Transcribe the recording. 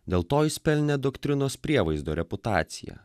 dėl to jis pelnė doktrinos prievaizdo reputaciją